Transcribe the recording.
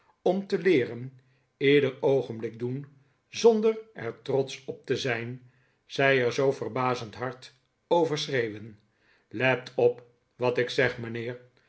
om te leeren ieder oogenblik doen zonder er trotsch op te zijn zij er zoo verbazend hard over schreeuwen let op wat ik zeg mijnheer